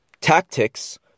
tactics